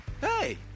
hey